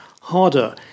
harder